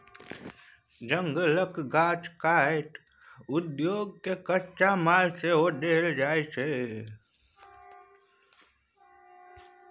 जंगलक गाछ काटि उद्योग केँ कच्चा माल सेहो देल जाइ छै